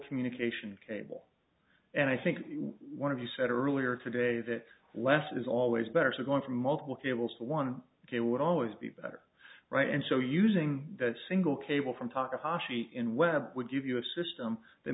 communication cable and i think one of you said earlier today that less is always better so going from multiple cables one day would always be better right and so using that single cable from talk of haji in web would give you a system that